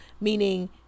meaning